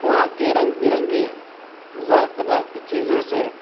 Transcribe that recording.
وہاں کے رنگ برنگے زرق برق چیزوں سے